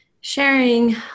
sharing